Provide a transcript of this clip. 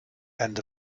and